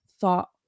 thought